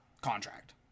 contract